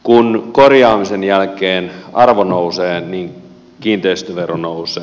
kun korjaamisen jälkeen arvo nousee niin kiinteistövero nousee